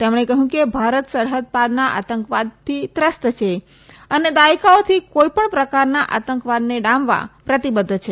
તેમણે કહ્યું કે ભારત સરહદપારના આતંકવાદથી ત્રસ્ત છે અને દાયકાઓથી કોઈ પણ પ્રકારના આતંકવાદને ડામવા પ્રતિબદ્ધ છે